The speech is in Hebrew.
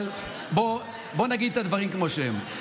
אבל בואו נגיד את הדברים כמו שהם.